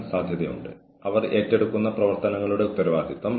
ആ സാഹചര്യത്തെ എങ്ങനെ നേരിടും